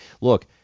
look